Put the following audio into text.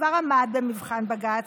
שכבר עמד במבחן בג"ץ,